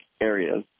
areas